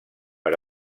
per